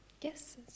Yes